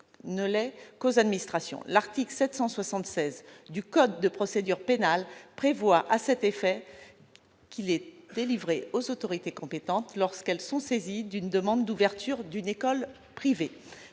uniquement aux administrations. L'article 776 du code de procédure pénale prévoit à cet effet qu'il est délivré aux autorités compétentes lorsqu'elles sont saisies d'une demande d'ouverture d'une école privée.